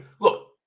look